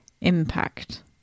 impact